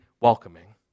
welcoming